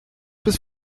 bis